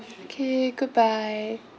okay goodbye